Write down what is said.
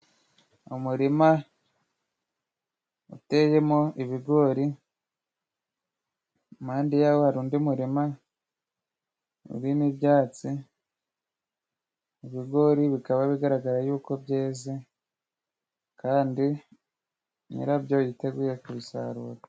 Umurima uteyemo ibigori. Impande yawo hari undi murima urimo ibyatsi, ibigori bikaba bigaragara yuko byeze ,kandi nyirabyo yiteguye ku bisarura.